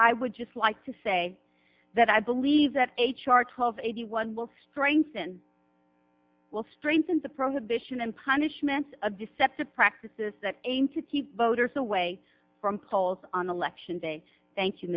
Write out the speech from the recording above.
i would just like to say that i believe that h r twelve eighty one will strengthen will strengthen the prohibition and punishments of deceptive practices that ain't to keep voters away from polls on election day thank you